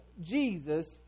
Jesus